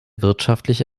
wirtschaftliche